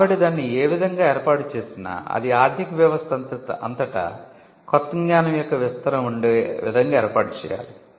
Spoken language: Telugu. కాబట్టి దానిని ఏ విధంగా ఏర్పాటు చేసినా అది ఆర్థిక వ్యవస్థ అంతటా కొత్త జ్ఞానం యొక్క విస్తరణ ఉండే విధంగా ఏర్పాటు చేయాలి